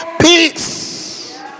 peace